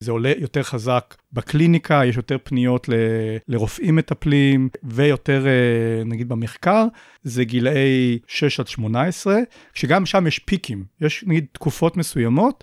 זה עולה יותר חזק בקליניקה, יש יותר פניות לרופאים מטפלים, ויותר נגיד במחקר, זה גילאי 6 עד 18, שגם שם יש פיקים, יש נגיד תקופות מסוימות.